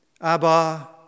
Abba